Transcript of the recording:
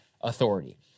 authority